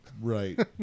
Right